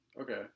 Okay